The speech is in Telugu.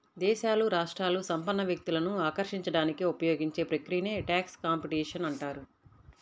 దేశాలు, రాష్ట్రాలు సంపన్న వ్యక్తులను ఆకర్షించడానికి ఉపయోగించే ప్రక్రియనే ట్యాక్స్ కాంపిటీషన్ అంటారు